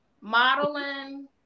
modeling